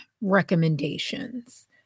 recommendations